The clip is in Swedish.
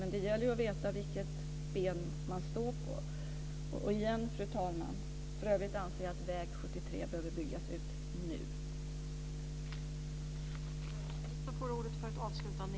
Men det gäller ju att veta vilket ben som man står på. Fru talman! För övrigt anser jag att väg 73 behöver byggas ut nu.